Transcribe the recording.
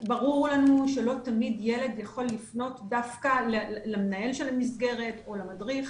ברור לנו שלא תמיד ילד יכול לפנות דווקא למנהל של המסגרת או למדריך.